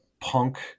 punk